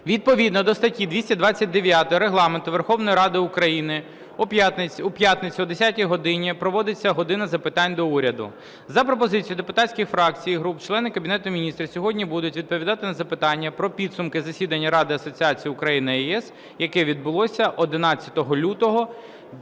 Відповідно до статті 229 Регламенту Верховної Ради України у п'ятницю, о 10-й годині, проводиться "година запитань до Уряду". За пропозицією депутатських фракцій і груп члени Кабінету Міністрів сьогодні будуть відповідати на запитання про підсумки засідання Ради асоціації Україна-ЄС, яке відбулося 11 лютого